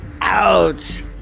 Ouch